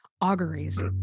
auguries